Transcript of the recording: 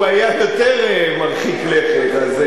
הוא היה יותר מרחיק לכת, אז,